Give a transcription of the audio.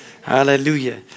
hallelujah